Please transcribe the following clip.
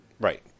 Right